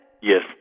Yes